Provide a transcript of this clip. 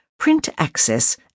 printaccess